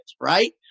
right